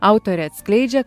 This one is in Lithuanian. autorė atskleidžia